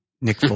Nick